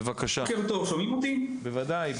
בוקר טוב אורי.